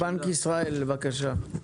בנק ישראל, בבקשה,